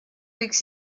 võiks